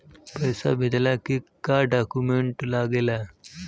पैसा भेजला के का डॉक्यूमेंट लागेला?